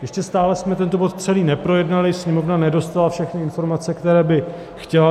Ještě stále jsme tento bod celý neprojednali, Sněmovna nedostala všechny informace, které by chtěla.